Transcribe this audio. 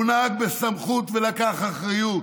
הוא נהג בסמכות ולקח אחריות.